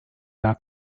gar